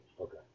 Okay